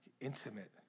intimate